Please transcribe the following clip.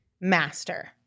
master